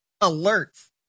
alerts